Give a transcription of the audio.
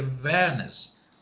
awareness